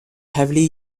heavily